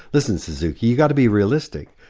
listen suzuki, you've got to be realistic,